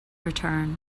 return